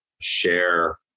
share